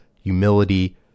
humility